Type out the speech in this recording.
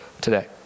today